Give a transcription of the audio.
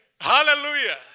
Hallelujah